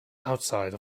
outside